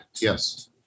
Yes